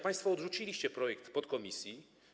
Państwo odrzuciliście projekt podkomisji.